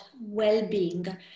well-being